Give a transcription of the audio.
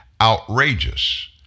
Outrageous